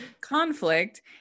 conflict